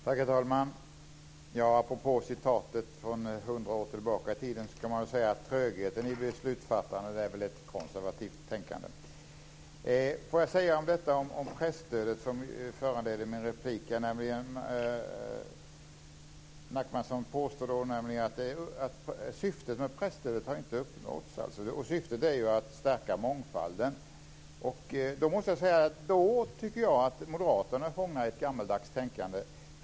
Herr talman! Apropå citatet från motionen 100 år tillbaka i tiden, kan man säga att trögheten i beslutsfattandet väl är ett konservativt tänkande. Det var presstödet som föranledde min replik. Nachmanson påstod nämligen att syftet med presstödet inte har uppnåtts. Syftet är ju att stärka mångfalden. Då måste jag säga att jag tycker att Moderaterna är fångade i ett gammaldags tänkande.